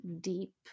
deep